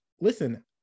listen